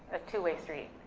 a two-way street?